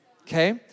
Okay